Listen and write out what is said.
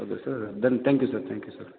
ಹೌದಾ sir then thank you sir thank you sir